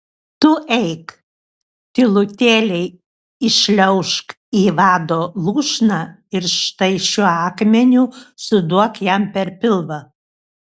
tu eik tylutėliai įšliaužk į vado lūšną ir štai šiuo akmeniu suduok jam per pilvą